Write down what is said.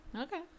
Okay